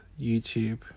YouTube